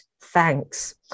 Thanks